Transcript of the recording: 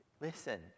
listen